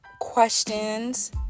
questions